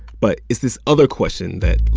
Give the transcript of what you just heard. but it's this other question that,